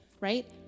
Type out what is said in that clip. right